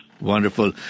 Wonderful